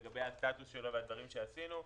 לגבי הסטטוס שלו והדברים שעשינו.